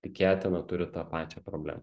tikėtina turi tą pačią problemą